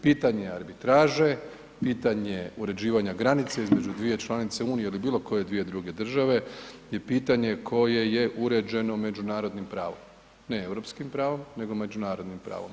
Pitanje arbitraže, pitanje uređivanja granice između dvije članice Unije ili bilo koje dvije druge države je pitanje koje je uređeno međunarodnim pravom, ne europskim pravom nego međunarodnim pravom.